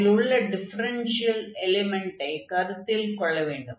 அதில் உள்ள டிஃபரென்ஷியல் எலிமென்ட்டை கருத்தில் கொள்ள வேண்டும்